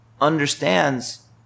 understands